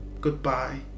goodbye